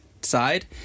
side